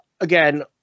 Again